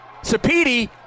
Sapiti